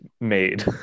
made